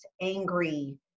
angry